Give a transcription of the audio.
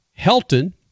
Helton